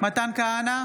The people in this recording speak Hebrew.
מתן כהנא,